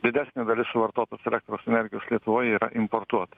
didesnė dalis suvartotos elektros energijos lietuvoj yra importuota